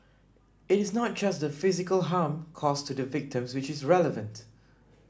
it is not just the physical harm caused to the victims which is relevant